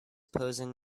posing